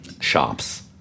shops